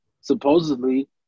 supposedly